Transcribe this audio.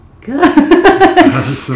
good